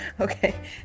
Okay